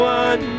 one